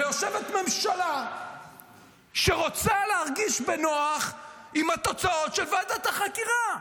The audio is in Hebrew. ויושבת ממשלה שרוצה להרגיש בנוח עם התוצאות של ועדת החקירה.